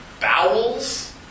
bowels